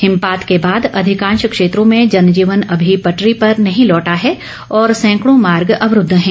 हिमपात के बांद अधिकां क्षेत्रों में जनजीवन अभी पटरी पर नहीं लौटा है और सैंकड़ों मार्ग अवरूद्व हैं